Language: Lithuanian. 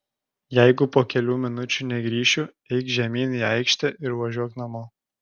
jeigu po kelių minučių negrįšiu eik žemyn į aikštę ir važiuok namo